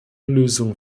lösung